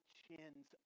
chins